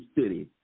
city